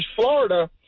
Florida